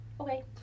Okay